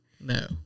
no